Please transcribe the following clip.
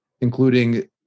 including